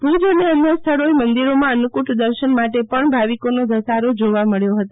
ભુજ અને અન્ય સ્થળોએ મંદિરોમાં અન્નકૂટ દર્શન માટે પણ ભાવીકોનો ધસારો જોવા મળયો હતો